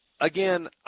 again